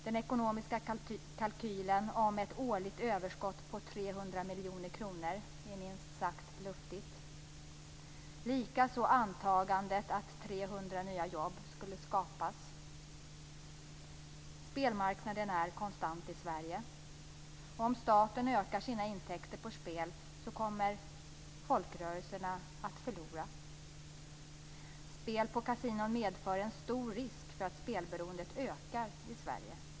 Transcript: Den ekonomiska kalkylen om ett årligt överskott på 300 miljoner kronor är minst sagt luftig, likaså antagandet att 300 nya jobb skulle skapas. - Spelmarknaden är konstant i Sverige. Om staten ökar sina intäkter på spel kommer folkrörelserna förlora. - Spel på kasinon medför en stor risk för att spelberoendet ökar i Sverige.